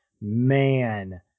man